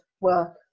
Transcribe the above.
work